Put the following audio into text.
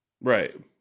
Right